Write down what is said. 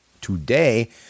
Today